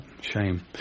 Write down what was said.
shame